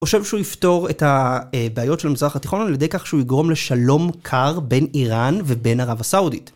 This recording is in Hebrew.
הוא חושב שהוא יפתור את הבעיות של המזרח התיכון על ידי כך שהוא יגרום לשלום קר בין איראן ובין ערב הסעודית.